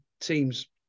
teams